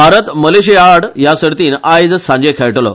भारत मलेशियाआड या सर्तीन आयज सांजे खेळटलो